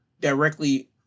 directly